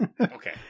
Okay